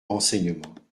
renseignements